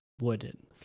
Wooden